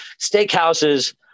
Steakhouses